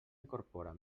incorpora